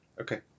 Okay